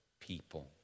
people